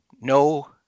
No